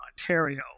Ontario